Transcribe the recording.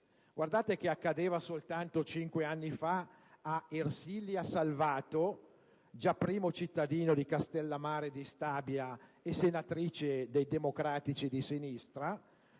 Guardate che accadeva soltanto cinque anni fa a Ersilia Salvato, già primo cittadino di Castellamare di Stabia e senatrice dei Democratici di Sinistra,